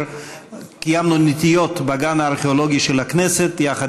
קיימנו נטיעות בגן הארכיאולוגי של הכנסת יחד,